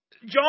John